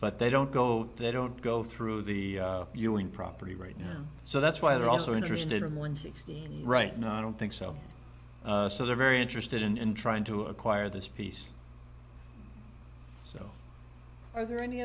but they don't go they don't go through the property right now so that's why they're also interested in one sixteen right now i don't think so so they're very interested in trying to acquire this piece so are there any